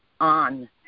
on